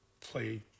play